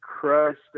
crushed